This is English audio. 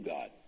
God